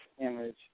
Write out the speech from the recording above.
image